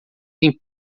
têm